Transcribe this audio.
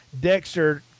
dexter